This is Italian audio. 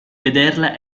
vederla